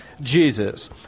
Jesus